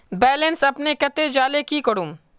Balance अपने कते जाले की करूम?